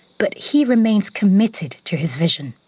but he remains committed to his vision.